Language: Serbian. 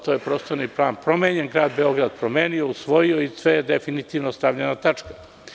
To je prostorni plan promenjen, Grad Beograd promenio, usvojio i na sve je definitivno stavljena tačka.